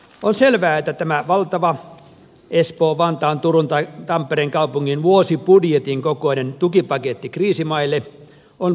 on selvää että tämä valtava espoon vantaan turun tai tampereen kaupungin vuosibudjetin kokoinen tukipaketti kriisimaille on pois jostain